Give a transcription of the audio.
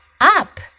Up